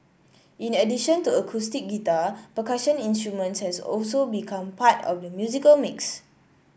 in addition to acoustic guitar percussion instruments has also become part of the musical mix